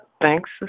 Thanks